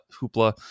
Hoopla